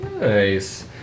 Nice